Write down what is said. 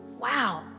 Wow